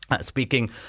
speaking